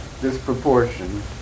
disproportion